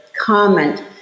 comment